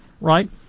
right